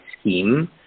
scheme